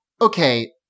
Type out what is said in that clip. Okay